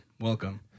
welcome